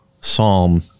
psalm